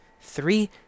Three